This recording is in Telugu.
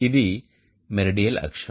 ఇది మెరిడియల్ అక్షం